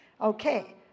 Okay